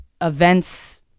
events